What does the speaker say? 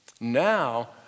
Now